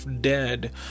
dead